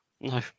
no